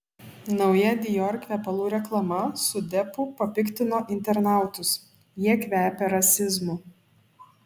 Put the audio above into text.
nauja dior kvepalų reklama su deppu papiktino internautus jie kvepia rasizmu